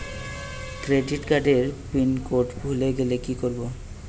Credit কার্ডের pin code ভুলে গেলে কি করব?